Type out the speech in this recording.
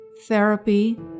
Therapy